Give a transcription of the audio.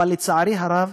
לצערי הרב,